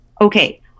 okay